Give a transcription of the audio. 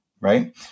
right